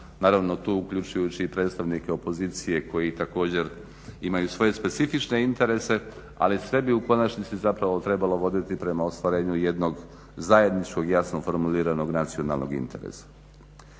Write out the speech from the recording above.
Naravno tu uključujući i predstavnike opozicije koji također imaju svoje specifične interese. Ali sve bi u konačnici zapravo trebalo voditi prema ostvarenju jednog zajedničkog, jasno formuliranog nacionalnog interesa.